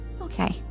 Okay